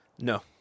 No